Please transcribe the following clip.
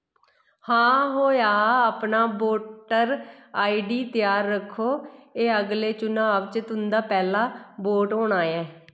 हां होआ हा अपना वोटर आईडी त्यार रक्खो एह् अगले चुनांऽ च तुं'दा पैह्ला वोट होना ऐ